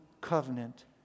covenant